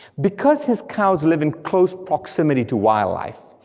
because his cows live in close proximity to wildlife,